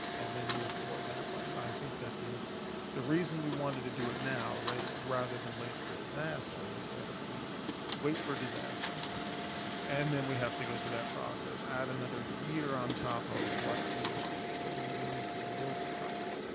and then move forward that way, but i think that the the reason we wanted to do it now rather rather than wait for a disaster is that if we wait for a disaster and then we have to go through that process, add another year on top of what we would what we would need to rebuild the property,